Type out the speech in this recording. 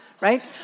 right